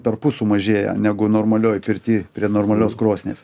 perpus sumažėja negu normalioj pirty prie normalios krosnies